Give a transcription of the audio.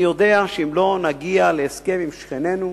אני יודע שאם לא נגיע להסכם עם שכנינו,